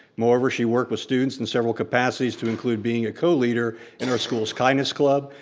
moreover, she worked with students in several capacities to include being a co-leader in our school's kindness club,